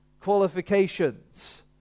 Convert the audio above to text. qualifications